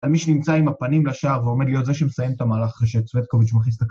על מי שנמצא עם הפנים לשער ועומד להיות זה שמסיים את המהלך אחרי שצווייטקוביץ' מכניס את הכ...